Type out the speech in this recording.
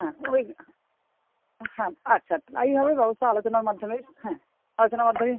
হ্যাঁ ওই হ্যাঁ আচ্ছা তাই হবে ব্যবস্থা আলোচনার মাধ্যমে হ্যাঁ আলোচনার মাধ্যমে